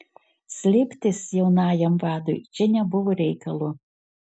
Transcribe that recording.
slėptis jaunajam vadui čia nebuvo reikalo